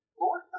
Lord